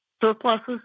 surpluses